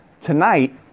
Tonight